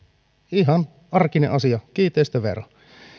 ihan arkinen asia kiinteistövero